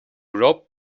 rope